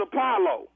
Apollo